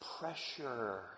pressure